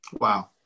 Wow